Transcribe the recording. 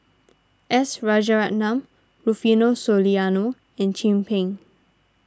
S Rajaratnam Rufino Soliano and Chin Peng